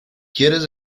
quieres